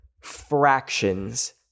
fractions